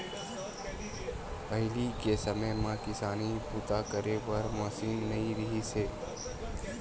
पहिली के समे म किसानी बूता करे बर मसीन नइ रिहिस हे